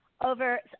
over